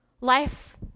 Life